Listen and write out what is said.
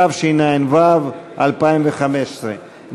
התשע"ו 2015,